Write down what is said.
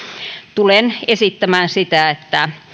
tulen esittämään sitä että